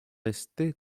rester